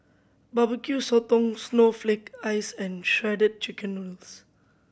Barbecue Sotong snowflake ice and Shredded Chicken Noodles